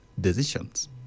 decisions